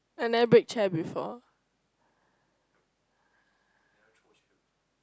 I never break chair before